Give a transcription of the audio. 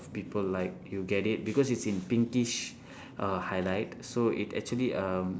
people like you get it because it's in pinkish uh highlight so it actually um